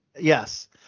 Yes